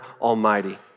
Almighty